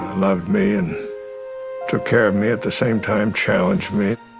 loved me and took care of me, at the same time challenged me.